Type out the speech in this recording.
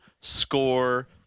score